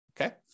Okay